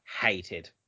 hated